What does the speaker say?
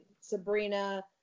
Sabrina